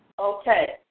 Okay